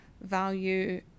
value